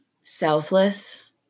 selfless